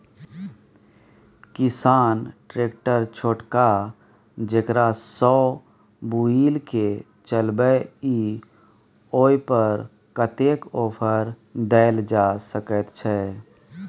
किसान ट्रैक्टर छोटका जेकरा सौ बुईल के चलबे इ ओय पर कतेक ऑफर दैल जा सकेत छै?